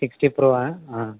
sixty pro ఆ